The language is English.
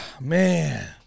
Man